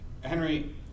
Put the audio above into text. Henry